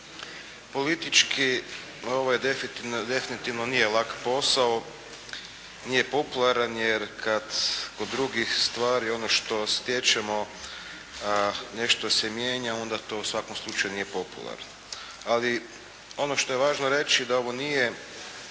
Politički ovo definitivno nije lak posao, nije popularan jer kad kod drugih stvari ono što stječemo nešto se mijenja, onda to u svakom slučaju nije popularno. Ali ono što je važno reći da ovo nije